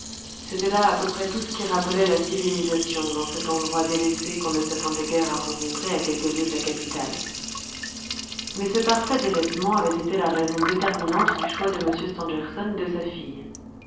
c'était là à peu près tout ce qui rappelait la civilisation dans cet endroit délaissé qu'on ne s'attendait guère à rencontrer à quelques lieues de la capitale mais ce parfait délaissement avait été la raison déterminante du choix de m stangerson et de sa fille